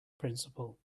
principal